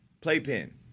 playpen